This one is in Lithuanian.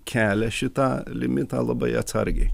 kelia šitą limitą labai atsargiai